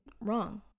wrong